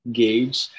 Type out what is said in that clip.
gauge